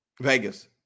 Vegas